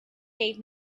gave